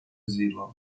zealand